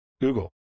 Google